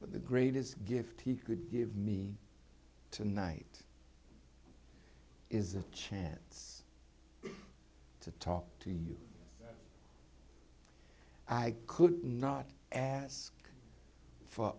with the greatest gift he could give me tonight is a chance to talk to you i could not ask for